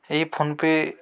ଏଇ phone pay